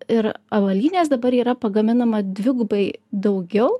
ir avalynės dabar yra pagaminama dvigubai daugiau